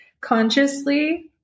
consciously